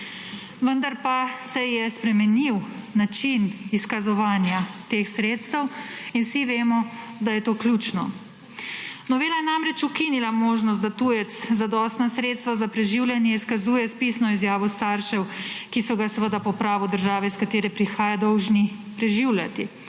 Vendar pa, se je spremenil način izkazovanja teh sredstev in vsi vemo, da je to ključno. Novela je namreč ukinila možnost, da tujec zadostna sredstva za preživljanje izkazuje s pisno izjavo staršev, ki so ga seveda po pravu države, iz katere prihaja, dolžni preživljati.